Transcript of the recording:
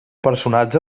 personatge